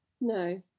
No